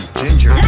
ginger